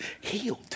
Healed